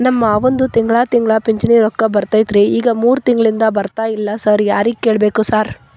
ನಮ್ ಮಾವಂದು ತಿಂಗಳಾ ತಿಂಗಳಾ ಪಿಂಚಿಣಿ ರೊಕ್ಕ ಬರ್ತಿತ್ರಿ ಈಗ ಮೂರ್ ತಿಂಗ್ಳನಿಂದ ಬರ್ತಾ ಇಲ್ಲ ಸಾರ್ ಯಾರಿಗ್ ಕೇಳ್ಬೇಕ್ರಿ ಸಾರ್?